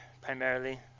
primarily